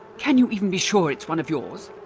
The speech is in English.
can you even be sure it's one of yours?